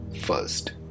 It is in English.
first